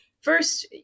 first